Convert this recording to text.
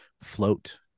float